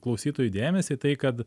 klausytojų dėmesį tai kad